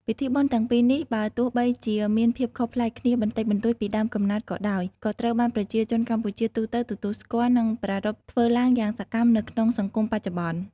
ពិធីបុណ្យទាំងពីរនេះ បើទោះបីជាមានភាពខុសប្លែកគ្នាបន្តិចបន្តួចពីដើមកំណើតក៏ដោយ ក៏ត្រូវបានប្រជាជនកម្ពុជាទូទៅទទួលស្គាល់ និងប្រារព្ធធ្វើឡើងយ៉ាងសកម្មនៅក្នុងសង្គមបច្ចុប្បន្ន។